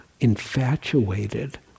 infatuated